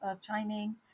chiming